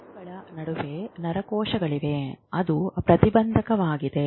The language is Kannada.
ರಾಣಗಳ ನಡುವೆ ಕೆಲವು ನರಕೋಶಗಳಿವೆ ಅದು ಪ್ರತಿಬಂಧಕವಾಗಿದೆ